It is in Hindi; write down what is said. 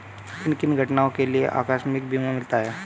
किन किन घटनाओं के लिए आकस्मिक बीमा मिलता है?